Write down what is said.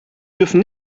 dürfen